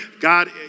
God